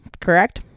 correct